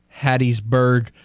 Hattiesburg